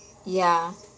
ya